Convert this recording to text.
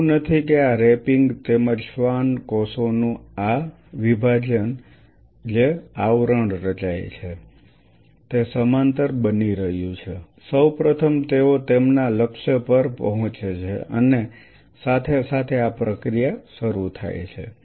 એવું નથી કે આ રેપિંગ તેમજ શ્વાન કોષોનું આ વિભાજન કે જે આવરણ રચાય છે તે સમાંતર બની રહ્યું છે સૌ પ્રથમ તેઓ તેમના લક્ષ્ય પર પહોંચે છે અને સાથે સાથે આ પ્રક્રિયા શરૂ થાય છે